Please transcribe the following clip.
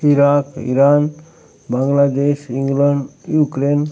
Iraq Iran Bangladesh England Ukraine